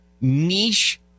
niche